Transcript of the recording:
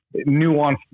nuanced